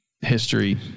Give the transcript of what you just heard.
history